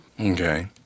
Okay